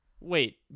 Wait